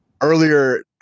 Earlier